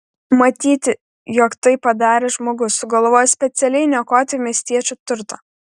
matyti jog tai padarė žmogus sugalvojęs specialiai niokoti miestiečių turtą